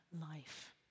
life